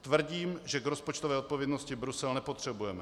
Tvrdím, že k rozpočtové odpovědnosti Brusel nepotřebujeme.